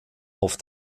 auf